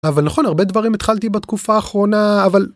אבל נכון הרבה דברים התחלתי בתקופה האחרונה אבל.